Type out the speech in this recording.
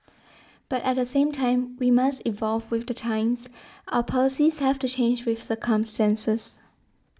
but at the same time we must evolve with the times our policies have to change with circumstances